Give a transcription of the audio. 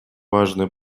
важные